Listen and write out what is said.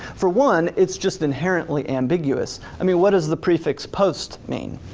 for one, it's just inherently ambiguous. i mean what does the prefix post mean?